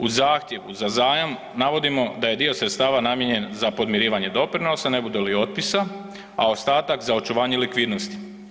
Uz zahtjev za zajam navodimo da je dio sredstava namijenjen za podmirivanje doprinosa ne bude li otpisa, a ostatak za očuvanje likvidnosti.